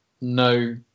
no